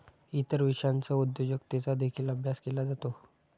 इतर विषयांसह उद्योजकतेचा देखील अभ्यास केला जातो